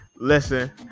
listen